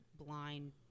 blind